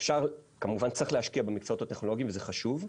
כמובן שצריך להשקיע במקצועות הטכנולוגיים וזה חשוב,